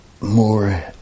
more